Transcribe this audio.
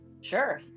Sure